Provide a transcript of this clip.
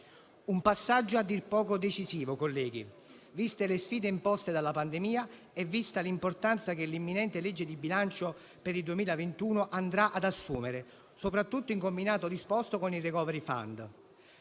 un passaggio a dir poco decisivo - colleghi - viste le sfide imposte dalla pandemia e l'importanza che l'imminente legge di bilancio per il 2021 andrà ad assumere, soprattutto in combinato disposto con il *recovery fund*.